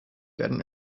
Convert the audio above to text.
werden